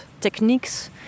techniques